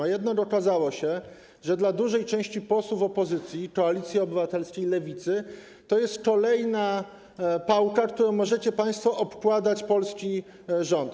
A jednak okazało się, że dla dużej części posłów opozycji - Koalicji Obywatelskiej i Lewicy - to jest kolejna pałka, którą możecie państwo okładać polski rząd.